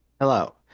Hello